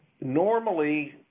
normally